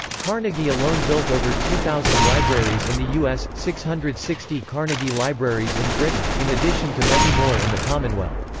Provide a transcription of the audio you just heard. carnegie alone built over two thousand libraries in the us, six hundred and sixty carnegie libraries in britain, in addition to many more in the commonwealth.